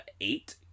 eight